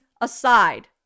aside